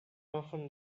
often